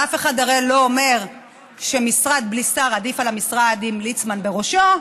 אף אחד הרי לא אומר שמשרד בלי שר עדיף על המשרד עם ליצמן בראשו.